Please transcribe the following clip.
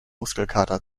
muskelkater